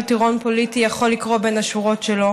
כל טירון פוליטי יכול לקרוא בין השורות שלו